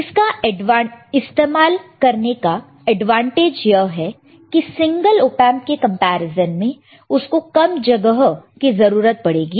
इसको इस्तेमाल करने का एडवांटेज यह है कि सिंगल ऑपएंप के कंपैरिजन में उसको कम जगह की जरूरत पड़ेगी